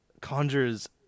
conjures